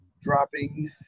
dropping